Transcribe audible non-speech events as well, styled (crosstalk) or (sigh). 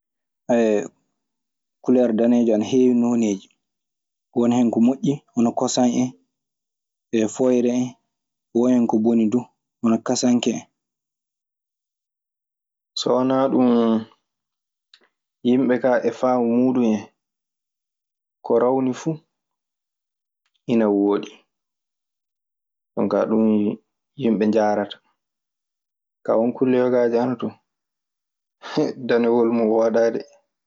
Haye, kuleer daneejo ana heewi nooneeji. Won hen ko moƴƴi hono kosan en e fooyre en. Won hen ko boni duu hono kasanke en. So wanaa ɗun, yimɓe kaa e faamu muuɗun en, ko rawni fu ina wooɗi. Jonkaa ɗun yimɓe njaarata. Kaa won kulle yogaaji ana ton (laughs) danewol mun wooɗaa de.